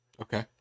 Okay